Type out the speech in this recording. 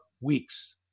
weeks